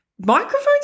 Microphones